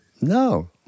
no